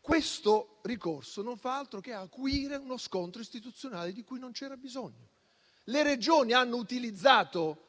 Questo ricorso non fa altro che acuire uno scontro istituzionale di cui non c'era bisogno. Le Regioni hanno utilizzato